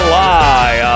lie